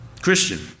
Christian